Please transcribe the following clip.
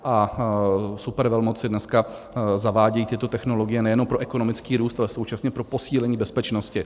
A supervelmoci dneska zavádějí tyto technologie nejenom pro ekonomický růst, ale současně pro posílení bezpečnosti.